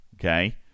okay